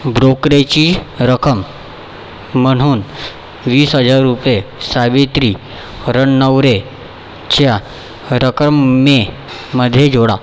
ब्रोकरेजची रक्कम म्हणून वीस हजार रुपये सावित्री रणनवरेच्या रकमेमध्ये जोडा